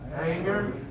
Anger